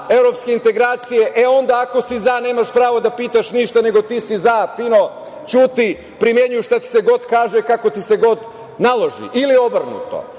evropske integracije, e onda, ako si za, nemaš pravo da pitaš ništa, nego ti si za, ćuti, primenjuj šta ti se god kaže, kako ti se god naloži, ili obrnuto. Dakle,